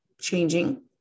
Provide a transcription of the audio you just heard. changing